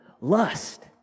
lust